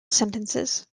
sentences